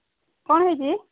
କ'ଣ ହୋଇଛି